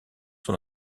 son